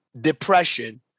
depression